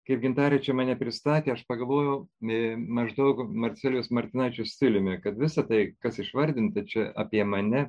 kaip gintarė čia mane pristatė aš pagalvojau ė maždaug marcelijaus martinaičio stiliumi kad visa tai kas išvardinta čia apie mane